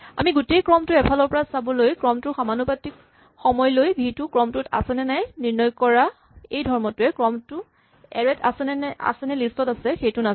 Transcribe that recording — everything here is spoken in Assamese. আমি গোটেই ক্ৰমটো এফালৰ পৰা চাবলৈ ক্ৰমটোৰ সমানুপাতিক সময় লৈ ভি টো ক্ৰমটোত আছেনে নাই নিৰ্ণয় কৰা এই ধৰ্মটোৱে ক্ৰমটো এৰে ত আছেনে লিষ্ট ত আছে সেইটো নাচায়